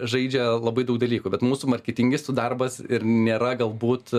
žaidžia labai daug dalykų bet mūsų marketingistų darbas ir nėra galbūt